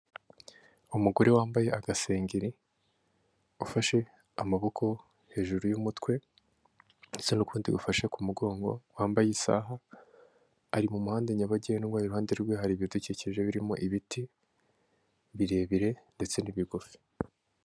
Umugore wambaye agasengeri, ufashe amaboko hejuru y'umutwe ndetse n'ukundi gufashe mugongo, wambaye isaha, ari mu muhanda nyabagendwa, iruhande rwe hari ibidukikije birimo ibiti birebire ndetse n'ibigufi.